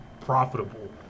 profitable